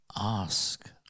ask